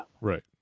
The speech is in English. Right